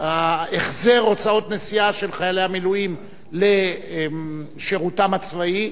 החזר הוצאות נסיעה של חיילי מילואים לשירותם הצבאי,